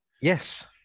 Yes